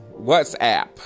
WhatsApp